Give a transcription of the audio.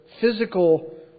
physical